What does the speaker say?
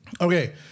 Okay